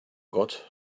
got